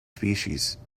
species